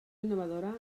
innovadora